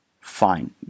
fine